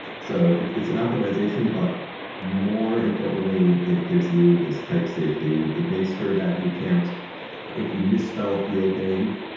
so it's it's an optimization, but more importantly it gives you this type safety. it makes sure that you can't if you misspelled field name,